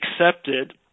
accepted